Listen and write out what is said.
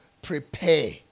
Prepare